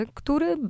który